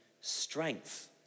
strength